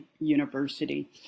University